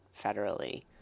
federally